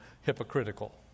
hypocritical